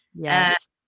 Yes